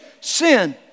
sin